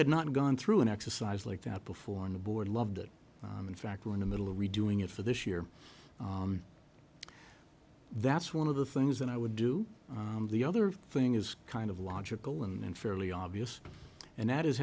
had not gone through an exercise like that before in the board loved it and in fact we're in the middle of redoing it for this year that's one of the things that i would do the other thing is kind of logical and fairly obvious and that is